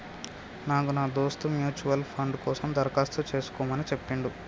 నాకు నా దోస్త్ మ్యూచువల్ ఫండ్ కోసం దరఖాస్తు చేసుకోమని చెప్పిండు